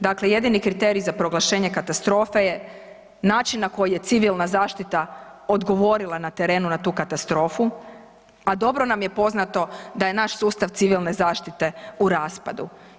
Dakle jedini kriterij za proglašenje katastrofe je način na koji je civilna zaštita odgovorila na terenu na tu katastrofu, a dobro nam je poznato da je naš sustav civilne zaštite u raspadu.